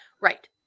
Right